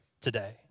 today